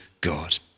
God